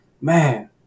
man